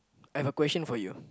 I've a question for you